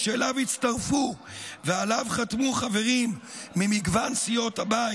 שאליו הצטרפו ועליו חתמו חברים ממגוון סיעות הבית,